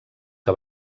que